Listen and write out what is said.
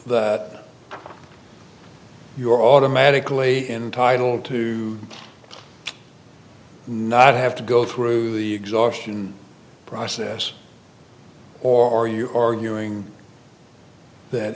you are automatically entitled to not have to go through the exhaustion process or are you arguing that